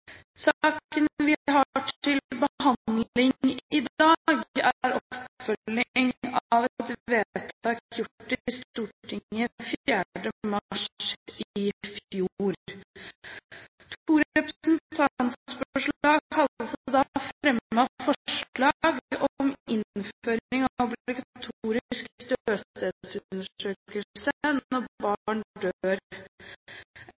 vi har til behandling i dag, er oppfølging av et vedtak gjort i Stortinget 4. mars i fjor. Man har fremmet to representantforslag om innføring av